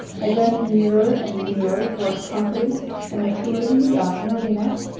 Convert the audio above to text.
advancing nearer and nearer towards confidence and maturity the oftener we met?